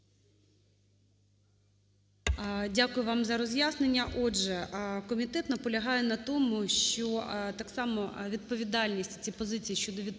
Дякую вам за роз'яснення. Отже, комітет наполягає на тому, що так само відповідальність, ці позиції щодо відповідальності